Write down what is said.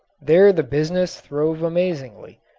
there the business throve amazingly,